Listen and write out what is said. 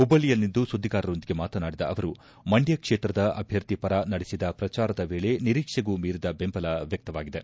ಹುಬ್ಬಳ್ಳಿಯಲ್ಲಿಂದು ಸುದ್ದಿಗಾರರೊಂದಿಗೆ ಮಾತನಾಡಿದ ಅವರು ಮಂಡ್ಯ ಕ್ಷೇತ್ರದ ಅಭ್ಯರ್ಥಿ ಪರ ನಡೆಸಿದ ಪ್ರಚಾರದ ವೇಳೆ ನಿರೀಕ್ಷೆಗೂ ಮೀರಿದ ಬೆಂಬಲ ವ್ಯಕ್ತವಾಗಿದೆ